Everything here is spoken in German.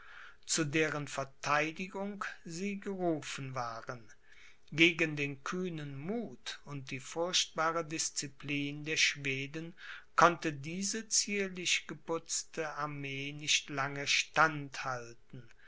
zu deren verteidigung sie gerufen waren gegen den kühnen muth und die furchtbare disziplin der schweden konnte diese zierlich geputzte armee nicht lange